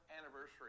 anniversary